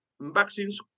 vaccines